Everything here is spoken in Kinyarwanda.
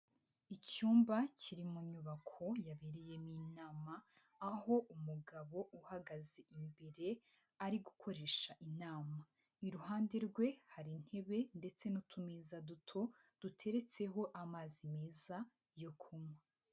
Icyumba kiri mu nyubako yabereyemo inama, aho umugabo uhagaze imbere ari gukoresha inama, iruhande rwe hari intebe ndetse n'utumeza duto, duteretseho amazi meza yo kunywa.